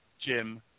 Jim